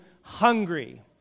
hungry